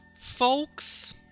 folks